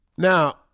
Now